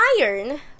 iron